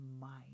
mind